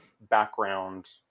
background